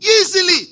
easily